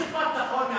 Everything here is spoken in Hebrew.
תגיד משפט נכון.